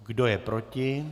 Kdo je proti?